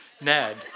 Ned